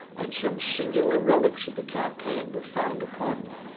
and some singular relies of the campaign were found upon them,